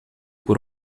por